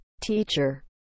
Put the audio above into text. teacher